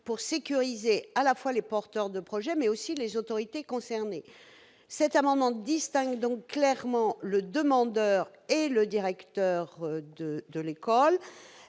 pour sécuriser à la fois les porteurs de projet et les autorités concernées. Cet amendement tend donc à distinguer clairement le demandeur et le directeur de l'école.